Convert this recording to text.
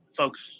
folks